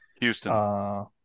Houston